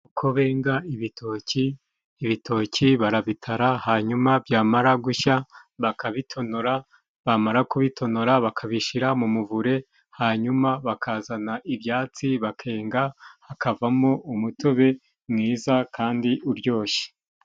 Uko benga ibitoki : Ibitoki barabitara, hanyuma byamara gushya bakabitonora, bamara kubitonora bakabishyira mu muvure, hanyuma bakazana ibyatsi bakenga hakavamo umutobe mwiza kandi uryoshye.